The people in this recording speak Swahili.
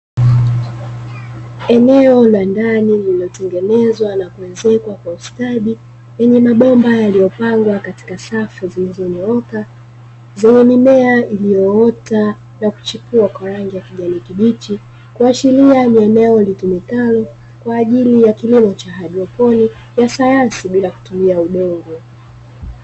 Eneo la ndani lililotengenezwa na kuezekwa kwa ustadi lenye mabomba yaliyopangwa katika safu zilizonyooka, zenye mimea iliyoota na kuchipua kwa rangi ya kijani kibichi, kuashiria ni eneo litumikalo kwa ajili ya kilimo cha haidroponi ya sayansi bila kutumia udongo.